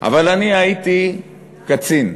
אבל אני הייתי קצין.